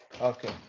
Okay